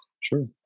sure